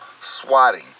swatting